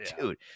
dude